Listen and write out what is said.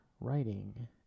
writing